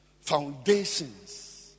foundations